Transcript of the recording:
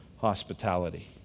hospitality